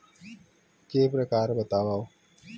के प्रकार बतावव?